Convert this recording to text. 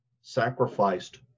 sacrificed